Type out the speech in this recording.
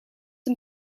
and